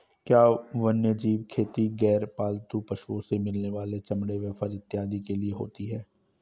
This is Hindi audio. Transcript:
क्या वन्यजीव खेती गैर पालतू पशुओं से मिलने वाले चमड़े व फर इत्यादि के लिए होती हैं?